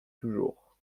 toujours